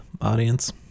audience